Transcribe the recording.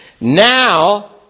Now